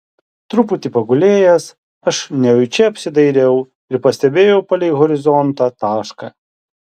truputį pagulėjęs aš nejučia apsidairiau ir pastebėjau palei horizontą tašką